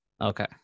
okay